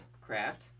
Craft